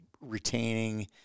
retaining